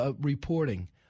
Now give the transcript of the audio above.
reporting